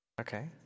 Okay